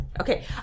Okay